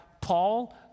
Paul